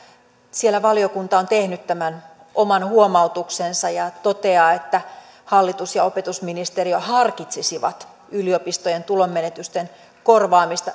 siellä valiokunta on tehnyt tämän oman huomautuksensa ja toteaa että hallitus ja opetusministeriö harkitsisivat yliopistojen tulonmenetysten korvaamista